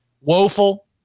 woeful